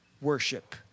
worship